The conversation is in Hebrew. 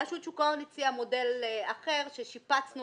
רשות שוק ההון הציעה מודל אחר ששיפצנו